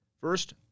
First